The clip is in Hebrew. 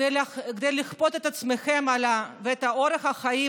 כדי לכפות את עצמכם ואת אורח החיים